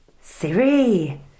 Siri